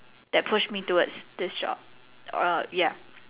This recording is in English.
that pushed me towards this job err ya